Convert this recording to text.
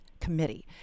Committee